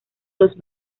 los